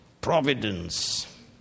providence